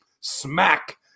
Smack